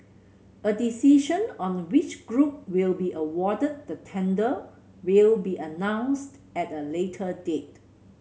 a decision on which group will be awarded the tender will be announced at a later date